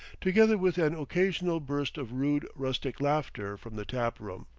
together with an occasional burst of rude rustic laughter from the tap-room.